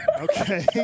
Okay